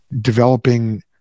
developing